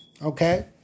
Okay